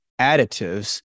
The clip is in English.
additives